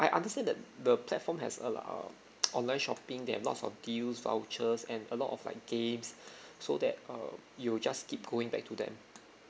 I understand that the platform has a lot online shopping they have lots of deals vouchers and a lot of like games so that uh you'll just keep going back to them